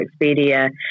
Expedia